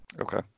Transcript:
okay